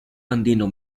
andino